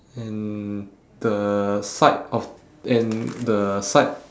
and the side of and the side